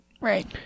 Right